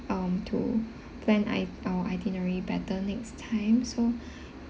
um to plan our itinerary better next time so